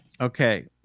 Okay